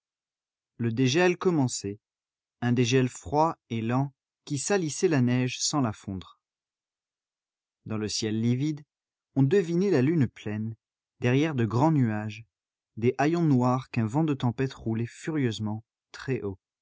le dégel commençait un dégel froid et lent qui salissait la neige sans la fondre dans le ciel livide on devinait la lune pleine derrière de grands nuages des haillons noirs qu'un vent de tempête roulait furieusement très haut